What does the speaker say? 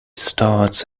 starts